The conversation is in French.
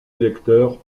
électeurs